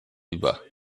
über